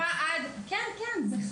בריכה חפורה עד, כן ,כן, זה חל.